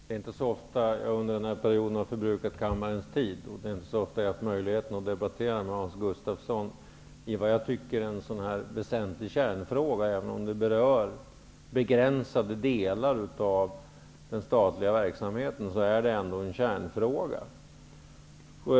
Herr talman! Det är inte så ofta under den här perioden som jag har tagit kammarens tid i anspråk, och det är inte så ofta som jag har haft möjlighet att debattera med Hans Gustafsson i, som jag tycker, en väsentlig kärnfråga. Även om frågan berör begränsade delar av den statliga verksamheten är den en kärnfråga.